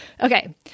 Okay